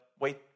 wait